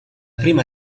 prima